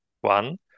one